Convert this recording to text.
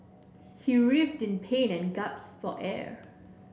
he writhed in pain and gasped for air